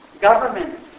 governments